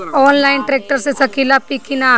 Online tractor ले सकीला कि न?